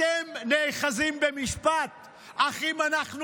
אתם נאחזים במשפט "אחים אנחנו",